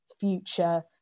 future